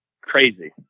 Crazy